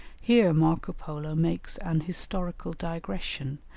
here marco polo makes an historical digression,